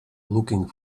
looking